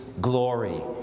glory